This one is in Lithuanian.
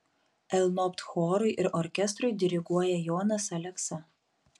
lnobt chorui ir orkestrui diriguoja jonas aleksa